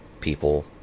people